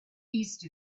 east